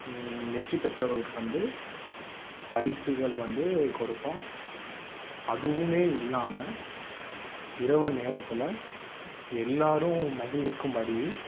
வெற்றிபெற்றவர்களுக்கு வந்து பரிசுகள் வந்து கொடுப்போம் அதுவும் இல்லாமல் இரவு நேரத்தில் எல்லோரும் மகிழ்விக்கும்படி